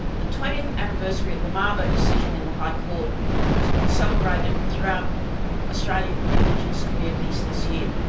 the twentieth anniversary of the mabo decision in the high court has been celebrated throughout australian indigenous communities this year.